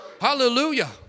Hallelujah